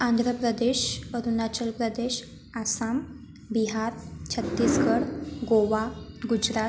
Andhra Pradesh Arunachal Pradesh Assam Bihar Chhattisgarh Goa Gujarat